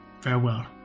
farewell